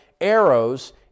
arrows